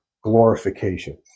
glorification